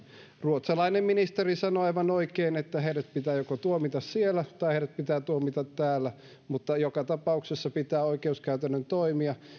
ruotsalainen ministeri sanoi aivan oikein että heidät pitää joko tuomita siellä tai heidät pitää tuomita täällä mutta joka tapauksessa pitää oikeuskäytännön toimia